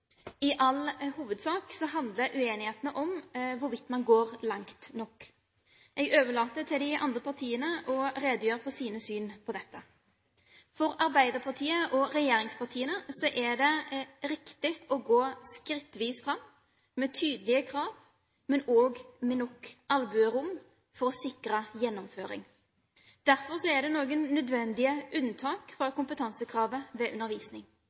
i behandlingen av denne saken. I all hovedsak handler uenighetene om hvorvidt man går langt nok. Jeg overlater til de andre partiene å redegjøre for sine syn på dette. For Arbeiderpartiet og regjeringspartiene er det riktig å gå skrittvis fram, med tydelige krav, men også med nok albuerom for å sikre gjennomføring. Derfor er det noen nødvendige unntak fra kompetansekravet ved